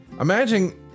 Imagine